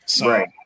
Right